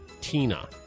Tina